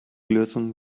lösung